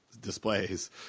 displays